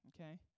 okay